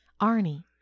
Arnie